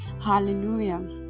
hallelujah